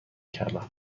کردم